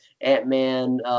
Ant-Man